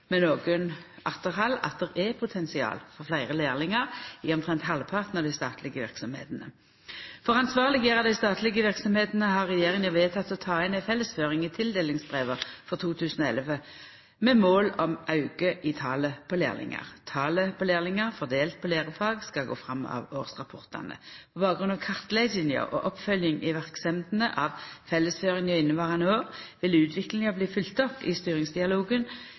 med nokre atterhald, at det er potensial for fleire lærlingar i omtrent halvparten av dei statlege verksemdene. For å ansvarleggjera dei statlege verksemdene har regjeringa vedteke å ta inn ei fellesføring i tildelingsbreva for 2011 med mål om auke i talet på lærlingar. Talet på lærlingar, fordelt på lærefag, skal gå fram av årsrapportane. På bakgrunn av kartlegginga og oppfølging i verksemdene av fellesføringa inneverande år, vil utviklinga bli følgd opp i styringsdialogen